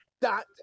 dot